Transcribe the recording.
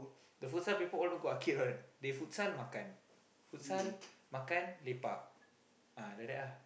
the futsal people all don't go arcade one they futsal makan futsal makan lepak ah like that ah